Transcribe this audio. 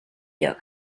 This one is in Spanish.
yoga